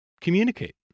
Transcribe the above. communicate